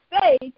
faith